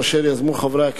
(תיקון מס' 15)